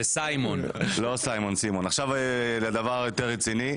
לדבר היותר רציני,